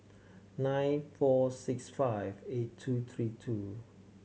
nine four six five eight two three two